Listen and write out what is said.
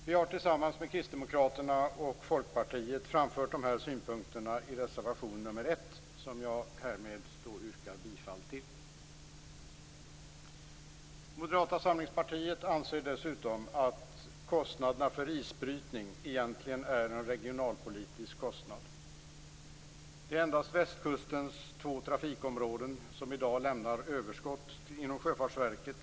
Vi har tillsammans med Kristdemokraterna och Folkpartiet framfört dessa synpunkter i reservation nr 1, som jag härmed yrkar bifall till. Moderata samlingspartiet anser dessutom att kostnaderna för isbrytning egentligen är en regionalpolitisk kostnad. Det är endast västkustens två trafikområden som i dag lämnar överskott inom Sjöfartsverket.